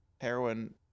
Heroin